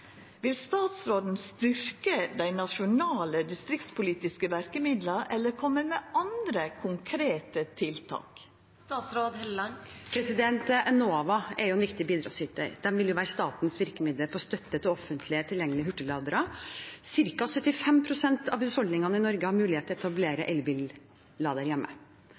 Vil statsråden styrkja dei nasjonale distriktspolitiske verkemidla eller koma med andre konkrete tiltak? Enova er en viktig bidragsyter. De vil være statens virkemiddel når det gjelder støtte til offentlig tilgjengelige hurtigladere. Cirka 75 pst. av husholdningene i Norge har mulighet til å etablere elbillader hjemme.